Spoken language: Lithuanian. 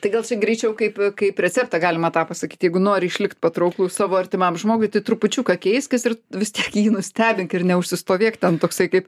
tai gal greičiau kaip kaip receptą galima tą pasakyt jeigu nori išlikt patrauklus savo artimam žmogui tai trupučiuką keiskis ir vis tiek jį nustebink ir neužsistovėk ten toksai kaip